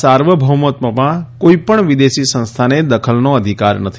સાર્વભૌમત્વમાં કોઇપણ વિદેશી સંસ્થાને દખલનો અધિકાર નથી